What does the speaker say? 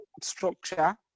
structure